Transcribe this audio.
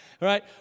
right